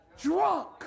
drunk